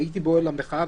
הייתי באוהל המחאה,